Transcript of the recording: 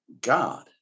God